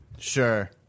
Sure